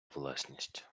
власність